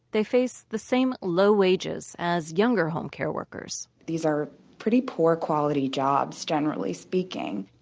they face the same low wages as younger home care workers these are pretty poor-quality jobs generally speaking,